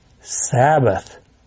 Sabbath